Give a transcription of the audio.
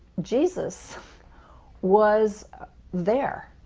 jesus was there,